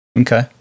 Okay